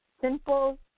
simple